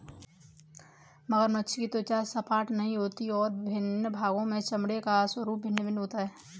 मगरमच्छ की त्वचा सपाट नहीं होती और विभिन्न भागों के चमड़े का स्वरूप भिन्न भिन्न होता है